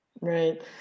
Right